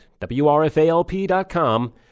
WRFALP.com